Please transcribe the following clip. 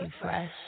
fresh